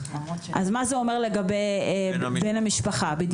אז מה זה אומר לגבי בן המשפחה?